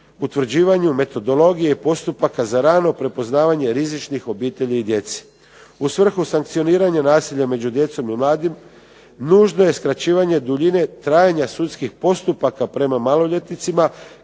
utvrđivanju metodologije i postupaka za rano prepoznavanje rizičnih obitelji i djece. U svrhu sankcioniranja nasilja među djecom i mladim nužno je skraćivanje duljine trajanja sudskih postupaka prema maloljetnicima